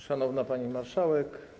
Szanowna Pani Marszałek!